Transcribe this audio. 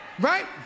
right